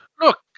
Look